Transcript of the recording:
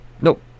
nope